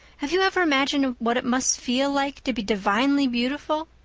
have you ever imagined what it must feel like to be divinely beautiful?